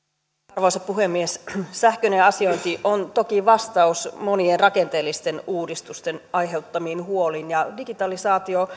arvoisa puhemies sähköinen asiointi on toki vastaus monien rakenteellisten uudistusten aiheuttamiin huoliin ja digitalisaatio